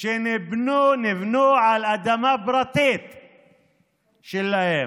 שניבנו על אדמה פרטית שלהם,